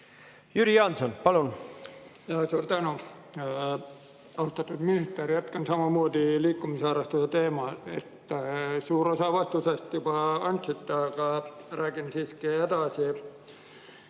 Jüri Jaanson, palun! Suur tänu! Austatud minister! Jätkan liikumisharrastuse teemal. Suure osa vastusest juba andsite, aga räägin siiski edasi.